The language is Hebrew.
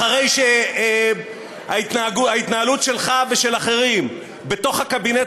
אחרי שההתנהלות שלך ושל אחרים בתוך הקבינט